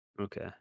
Okay